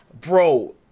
bro